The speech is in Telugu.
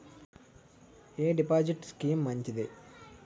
ఎ డిపాజిట్ స్కీం మంచిది?